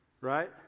right